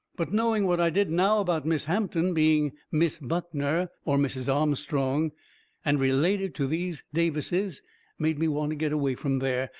but knowing what i did now about miss hampton being miss buckner or mrs. armstrong and related to these davises made me want to get away from there.